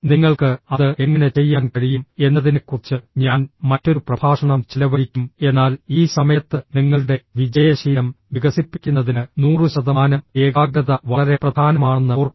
നിങ്ങൾക്ക് അത് എങ്ങനെ ചെയ്യാൻ കഴിയും എന്നതിനെക്കുറിച്ച് ഞാൻ മറ്റൊരു പ്രഭാഷണം ചെലവഴിക്കും എന്നാൽ ഈ സമയത്ത് നിങ്ങളുടെ വിജയ ശീലം വികസിപ്പിക്കുന്നതിന് 100 ശതമാനം ഏകാഗ്രത വളരെ പ്രധാനമാണെന്ന് ഓർക്കുക